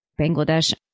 Bangladesh